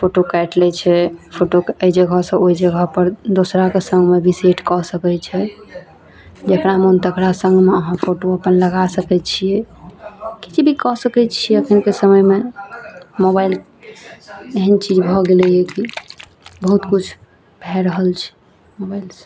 photo काटि लै छै फोटोके एहि जगह से ओहि जगह पर दोसराके सङ्गमे भी सेट कऽ सकैत छै जेकरा मन तेकरा सङ्गमे अहाँ फोटो अपन लगा सकैत छियै किछु भी कऽ सकैत छियै एखनिके समयमे मोबाइल एहन चीज भऽ गेलैए कि बहुत किछु भए रहल छै मोबाइल से